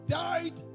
died